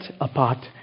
apart